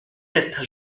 tête